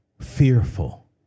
fearful